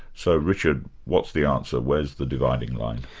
so, richard, what's the answer, where is the dividing line?